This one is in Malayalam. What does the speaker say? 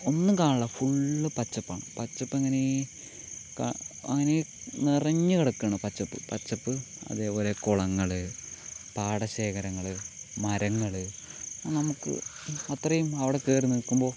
ഒന്നും കാണില്ല ഫുള്ള് പച്ചപ്പാണ് പച്ചപ്പങ്ങനെ അങ്ങനെ നിറഞ്ഞ് കിടക്കുകയാണ് പച്ചപ്പ് പച്ചപ്പ് അതേപോലെ കുളങ്ങള് പാടശേഖരങ്ങള് മരങ്ങള് നമുക്ക് അത്രയും അവിടെ കയറി നിൽക്കുമ്പോൾ